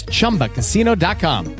ChumbaCasino.com